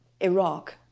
Iraq